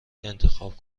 انتخاب